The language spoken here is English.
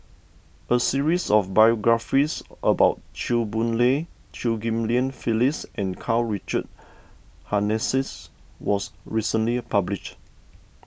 a series of biographies about Chew Boon Lay Chew Ghim Lian Phyllis and Karl Richard Hanitsch was recently published